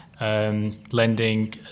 lending